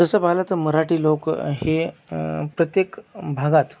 तसं पाहिलं तर मराठी लोक हे प्रत्येक भागात